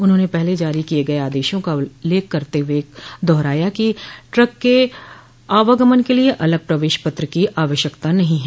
उन्होंने पहले जारी किये गये आदेशों का उल्लेख करते हुए दोहराया कि ट्रक के आवागमन के लिए अलग प्रवेश पत्र की आवश्यकता नहीं है